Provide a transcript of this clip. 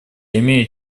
имею